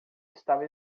estava